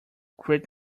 great